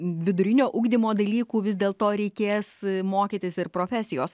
vidurinio ugdymo dalykų vis dėl to reikės mokytis ir profesijos